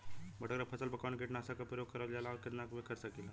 मटर के फसल पर कवन कीटनाशक क प्रयोग करल जाला और कितना में कर सकीला?